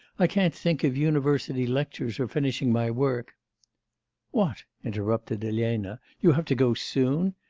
i can't think of university lectures, or finishing my work what! interrupted elena, you have to go soon?